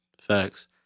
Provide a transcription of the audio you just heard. Facts